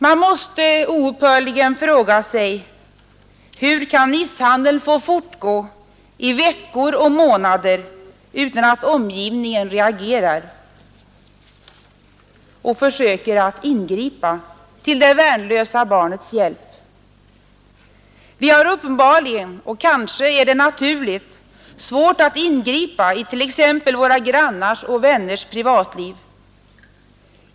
Man måste oupphörligen fråga sig: Hur kan misshandeln få fortgå under veckor och månader utan att omgivningen reagerar och försöker att ingripa till det värnlösa barnets hjälp? Vi har uppenbarligen — och kanske är det naturligt — svårt att ingripa i t.ex. våra grannars och vänners privatliv.